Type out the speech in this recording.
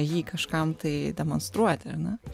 jį kažkam tai demonstruoti ar ne